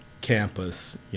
campus